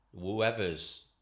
whoever's